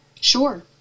Sure